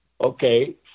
okay